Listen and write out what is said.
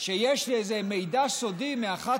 שיש לי איזה מידע סודי מאחת